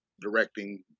directing